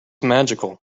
magical